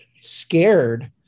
scared